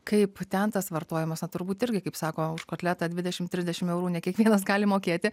kaip ten tas vartojimas na turbūt irgi kaip sako už kotletą dvidešim trisdešim eurų ne kiekvienas gali mokėti